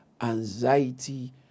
anxiety